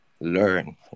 learn